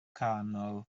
canol